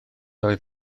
oedd